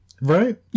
Right